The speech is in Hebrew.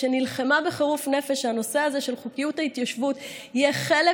ונלחמה בחירוף נפש שהנושא הזה של חוקיות ההתיישבות יהיה חלק